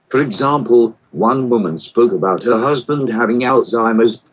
for example, one woman spoke about her husband having alzheimer's,